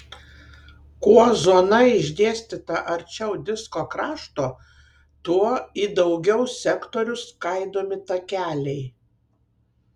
kuo zona išdėstyta arčiau disko krašto tuo į daugiau sektorių skaidomi takeliai